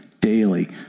daily